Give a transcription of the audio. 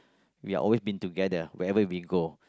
we are always been together wherever we go